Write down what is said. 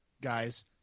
guys